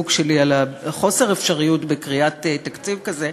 שלי על חוסר אפשרות בקריאת תקציב כזה.